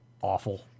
Awful